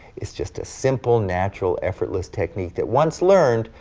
it's just a simple, natural, effortless technique that once learned,